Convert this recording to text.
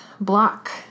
block